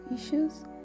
issues